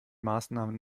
maßnahmen